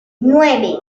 nueve